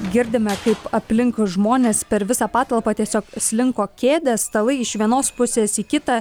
girdime kaip aplinkui žmonės per visą patalpą tiesiog slinko kėdės stalai iš vienos pusės į kitą